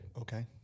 Okay